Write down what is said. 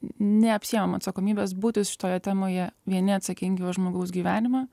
neapsiimam atsakomybės būti šitoje temoje vieni atsakingi už žmogaus gyvenimą